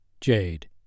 Jade